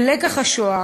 ולקח השואה,